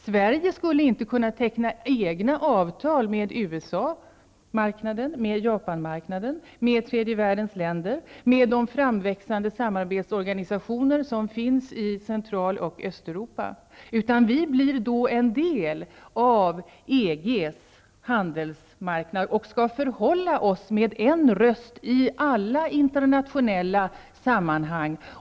Sverige skulle inte kunna teckna egna avtal med USA-marknaden, med Japanmarknaden, med tredje världens länder, med de framväxande samarbetsorganisationerna i Central och Östeuropa. Vi blir då en del av EG:s handelsmarknad, och skall förhålla oss med en röst i alla internationella sammanhang.